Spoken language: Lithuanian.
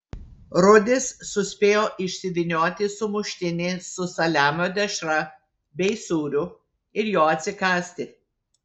rudis suspėjo išsivynioti sumuštinį su saliamio dešra bei sūriu ir jo atsikąsti